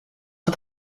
het